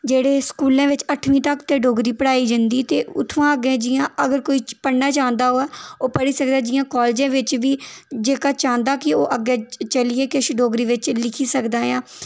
जेह्ड़े स्कूलें बिच्च अट्ठमीं तक ते डोगरी पढ़ाई जंदी ते उत्थुआं अग्गें जियां अगर कोई पढ़ना चांहदा होऐ ओह् पढ़ी सकदा जि'यां कालजें बिच्च बी जेह्का चांह्दा कि ओह् अग्गें चलियै डोगरी बिच्च लिखी सकदा ऐ